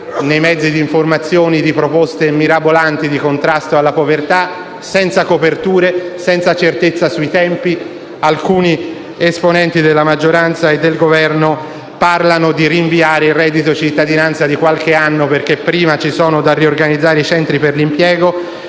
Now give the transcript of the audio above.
nei mezzi di informazione, di proposte mirabolanti di contrasto alla povertà, senza coperture, senza certezza sui tempi. Alcuni esponenti della maggioranza e del Governo parlano di rinviare l’introduzione del reddito di cittadinanza di qualche anno perché prima bisogna riorganizzare i centri per l’impiego.